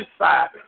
inside